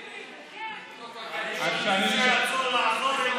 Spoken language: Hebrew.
יצאו לעזור,